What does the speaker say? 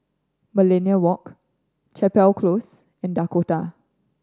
Millenia Walk Chapel Close and Dakota